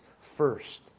first